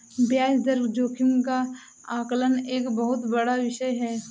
ब्याज दर जोखिम का आकलन एक बहुत बड़ा विषय है